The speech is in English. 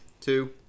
two